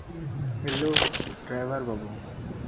hello driver ᱵᱟᱹᱵᱩ